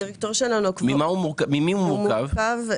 ממי הוא מורכב?